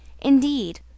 INDEED